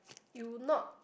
you not